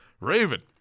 Raven